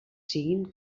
siguin